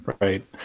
Right